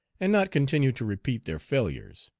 and not continue to repeat their failures?